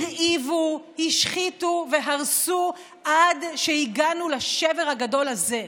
הרעיבו, השחיתו והרסו עד שהגענו לשבר הגדול הזה.